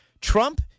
Trump